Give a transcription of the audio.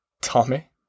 Tommy